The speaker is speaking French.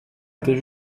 était